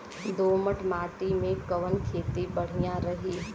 दोमट माटी में कवन खेती बढ़िया रही?